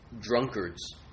drunkards